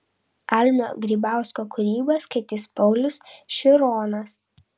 almio grybausko kūrybą skaitys paulius šironas